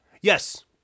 yes